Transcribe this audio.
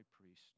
priest